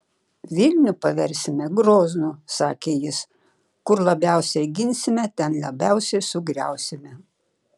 vilnių paversime groznu sakė jis kur labiausiai ginsime ten labiausiai sugriausime